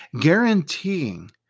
guaranteeing